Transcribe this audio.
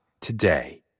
today